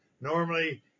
Normally